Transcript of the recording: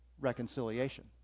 reconciliation